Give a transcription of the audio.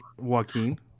Joaquin